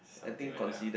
something like that lah